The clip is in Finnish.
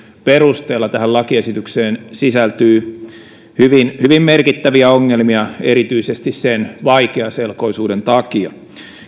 perusteella tähän lakiesitykseen sisältyy hyvin hyvin merkittäviä ongelmia erityisesti sen vaikeaselkoisuuden takia